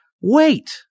wait